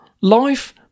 life